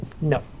No